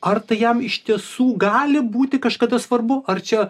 ar tai jam iš tiesų gali būti kažkada svarbu ar čia